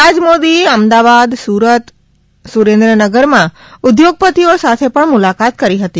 શ્રી રાજ મોદીએ અમદાવાદ સુરેન્દ્રનગરમાં ઉદ્યોગપતિઓ સાથે પણ મુલાકાત કરી હતી